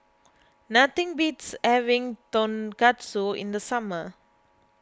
nothing beats having Tonkatsu in the summer